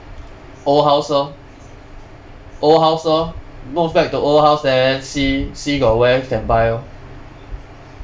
old house lor old house lor move back to old house then see see got where can buy lor